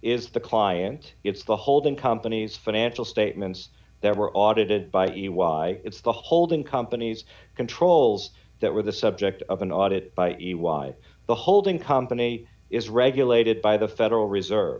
is the client it's the holding company's financial statements that were audited by the why it's the holding companies controls that were the subject of an audit by a wide the holding company is regulated by the federal reserve